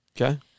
Okay